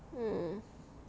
hmm